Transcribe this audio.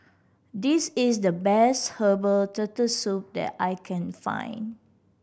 this is the best herbal Turtle Soup that I can find